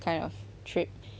kind of trip